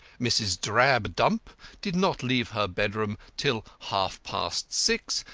mrs. drabdump did not leave her bedroom till half-past six,